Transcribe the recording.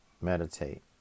meditate